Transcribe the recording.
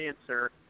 answer